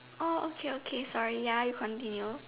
oh okay okay sorry ya you continue